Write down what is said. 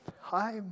hi